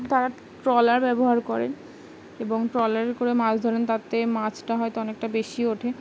তারা ট্রলার ব্যবহার করেন এবং ট্রলার করে মাছ ধরেন তাতে মাছটা হয়তো অনেকটা বেশি ওঠে